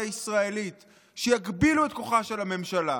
הישראלית שיגבילו את כוחה של הממשלה?